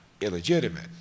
illegitimate